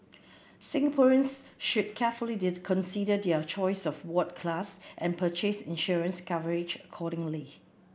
Singaporeans should carefully consider their choice of ward class and purchase insurance coverage accordingly